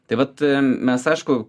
taip vat mes aišku